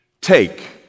take